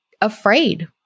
afraid